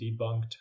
debunked